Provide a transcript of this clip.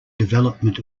development